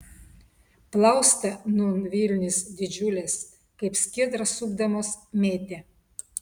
plaustą nūn vilnys didžiulės kaip skiedrą supdamos mėtė